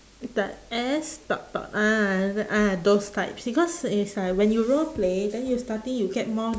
the S dot dot ah ah those types because is like when you role-play then you starting you get more